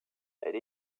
elle